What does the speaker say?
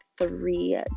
three